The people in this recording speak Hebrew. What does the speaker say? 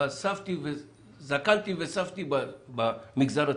אבל זקנתי וסבתי במגזר הציבורי.